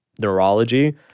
neurology